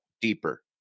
deeper